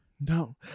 No